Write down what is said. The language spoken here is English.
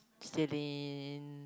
J-J-lin